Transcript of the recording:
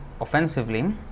offensively